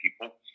people